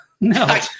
no